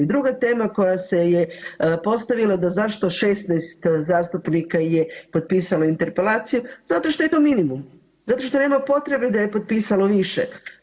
Druga tema koja se je postavila da zašto 16 zastupnika je potpisalo interpelaciju zato što je to minimum, zato što nema potrebe da je potpisalo više.